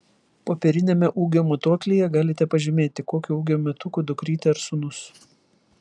popieriniame ūgio matuoklyje galite pažymėti kokio ūgio metukų dukrytė ar sūnus